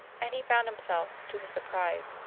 and he found himself, to his surprise,